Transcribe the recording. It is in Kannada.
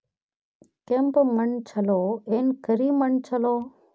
ಕೆಂಪ ಮಣ್ಣ ಛಲೋ ಏನ್ ಕರಿ ಮಣ್ಣ ಛಲೋ?